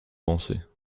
pensées